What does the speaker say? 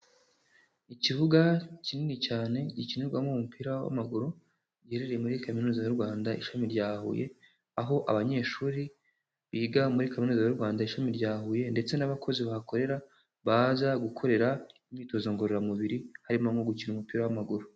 Ikibuga kinini cyane gikinirwamo umupira w'amaguru giherereye muri Kaminuza y'u Rwanda ishami rya Huye, aho abanyeshuri biga muri Kaminuza y'u Rwanda ishami rya Huye ndetse n'abakozi bahakorera baza gukorera imyitozo ngororamubiri , harimo nko gukina umupira w'amaguru.